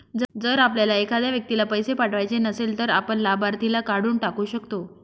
जर आपल्याला एखाद्या व्यक्तीला पैसे पाठवायचे नसेल, तर आपण लाभार्थीला काढून टाकू शकतो